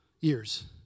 years